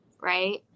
right